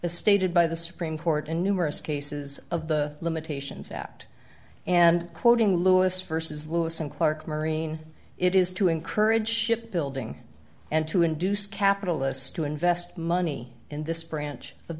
as stated by the supreme court in numerous cases of the limitations act and quoting lewis vs lewis and clark marine it is to encourage ship building and to induce capitalists to invest money in this branch of